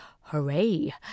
Hooray